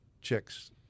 chicks